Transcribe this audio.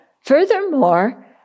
furthermore